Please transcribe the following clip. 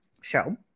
show